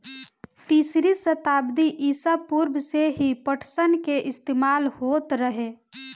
तीसरी सताब्दी ईसा पूर्व से ही पटसन के इस्तेमाल होत रहे